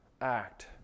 act